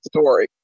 story